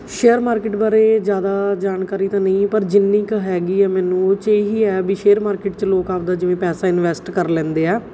share market ਬਾਰੇ ਜ਼ਿਆਦਾ ਜਾਣਕਾਰੀ ਤਾਂ ਨਹੀਂ ਪਰ ਜਿੰਨੀ ਕੁ ਹੈਗੀ ਆ ਮੈਨੂੰ ਉਹ 'ਚ ਇਹ ਹੀ ਹੈ ਵੀ ਸ਼ੇਅਰ ਮਾਰਕੀਟ 'ਚ ਲੋਕ ਆਪਣਾ ਜਿਵੇਂ ਪੈਸਾ ਇੰਨਵੈਸਟ ਕਰ ਲੈਂਦੇ ਹੈ